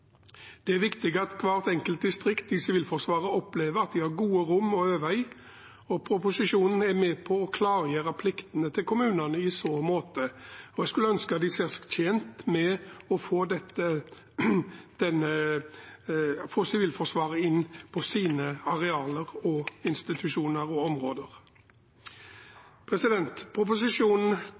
Det er viktig at hvert enkelt distrikt i Sivilforsvaret opplever at de har gode rom å øve i. Proposisjonen er med på å klargjøre pliktene til kommunene i så måte, og jeg skulle ønske de så seg tjent med å få Sivilforsvaret inn på sine arealer, institusjoner og områder. Proposisjonen